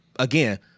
Again